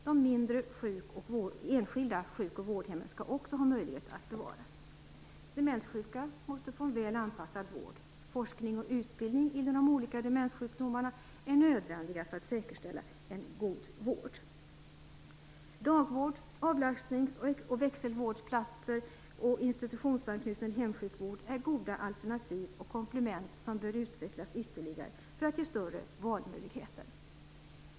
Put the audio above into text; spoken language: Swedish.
De mindre enskilda sjuk och vårdhemmen skall också ha möjlighet att bevaras. Demenssjuka måste få en väl anpassad vård. Forskning och utbildning inom de olika demenssjukdomarna är nödvändigt för att säkerställa en god vård. Dagvård, avlastnings och växelvårdsplatser samt institutionsanknuten hemsjukvård är goda alternativ och komplement som bör utvecklas ytterligare för att ge större valmöjligheter.